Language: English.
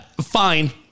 Fine